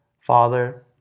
father